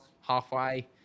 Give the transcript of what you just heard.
halfway